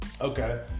Okay